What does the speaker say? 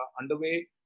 underway